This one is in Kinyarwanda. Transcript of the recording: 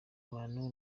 bantu